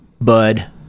bud